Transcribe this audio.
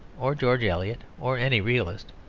or george eliot, or any realist.